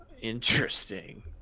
Interesting